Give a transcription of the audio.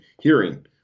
hearing